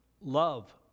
Love